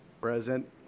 Present